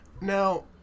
Now